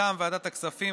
מטעם ועדת הכספים,